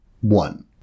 one